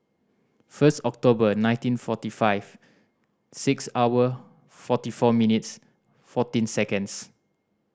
first October nineteen forty five six hour forty four minutes fourteen seconds